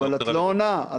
את לא עונה.